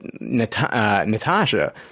Natasha